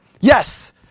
yes